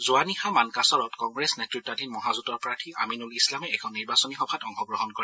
যোৱা নিশা মানকাচৰত কংগ্ৰেছ নেতৃতাধীন মহাজোটৰ প্ৰাৰ্থী আমিনুল ইছলামে এখন নিৰ্বাচনী সভাত অংশগ্ৰহণ কৰে